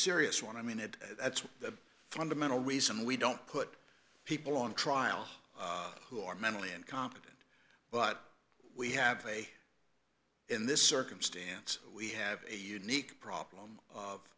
serious one i mean it that's the fundamental reason we don't put people on trial who are mentally incompetent but we have way in this circumstance we have a unique problem of